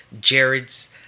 jared's